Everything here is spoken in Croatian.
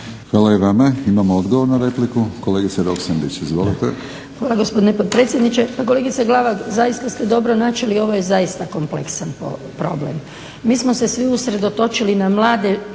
Hvala i vama. Imamo odgovor na repliku. Kolegice Roksandić izvolite! **Roksandić, Ivanka (HDZ)** Hvala gospodine potpredsjedniče! Kolegice Glavak zaista ste dobro načeli, ovo je zaista kompleksan problem. Mi smo se svi usredotočili na mlade,